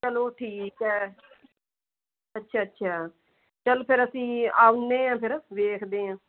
ਚਲੋ ਠੀਕ ਹੈ ਅੱਛਾ ਅੱਛਾ ਚਲ ਫਿਰ ਅਸੀਂ ਆਉਂਦੇ ਆ ਫਿਰ ਵੇਖਦੇ ਹਾਂ